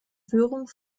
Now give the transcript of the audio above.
führung